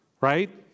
Right